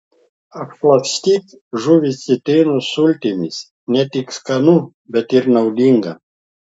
apšlakstyk žuvį citrinos sultimis ne tik skanu bet ir naudinga